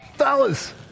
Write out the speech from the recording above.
Fellas